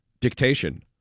dictation